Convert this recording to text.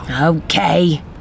Okay